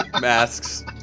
masks